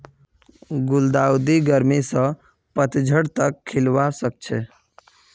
गुलदाउदी गर्मी स पतझड़ तक खिलवा सखछे